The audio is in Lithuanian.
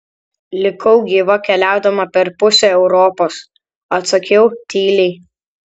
likau gyva keliaudama per pusę europos atsakiau tyliai